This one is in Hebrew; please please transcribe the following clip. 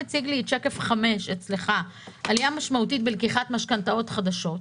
בשקף 5 אצלך אתה מציג עלייה משמעותית בלקיחת משכנתאות חדשות.